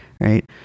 Right